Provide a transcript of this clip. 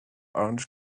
orange